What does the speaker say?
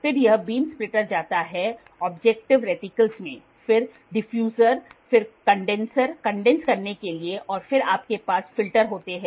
फिर यह beam splitter जाता है ऑब्जेक्टिव रेटिकल्स में फिर डिफ्यूज़र फिर कंडेनसर कंडेन्स करने के लिए और फिर आपके पास फिल्टर होते हैं